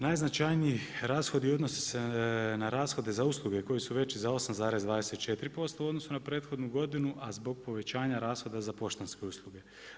Najznačajniji rashodi odnose se na rashode za usluge koji su veći za 8,24% u odnosu na prethodnu godinu, a zbog povećanja rashoda za poštanske usluge.